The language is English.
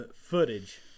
footage